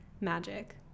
magic